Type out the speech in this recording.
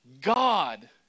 God